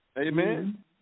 Amen